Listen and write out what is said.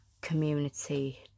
community